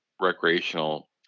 recreational